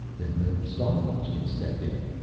then the star watch can step in,